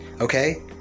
okay